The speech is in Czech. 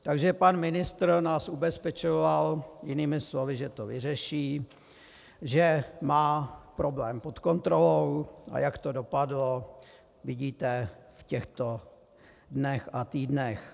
Takže pan ministr nás ubezpečoval jinými slovy, že to vyřeší, že má problém pod kontrolou, a jak to dopadlo, vidíte v těchto dnech a týdnech.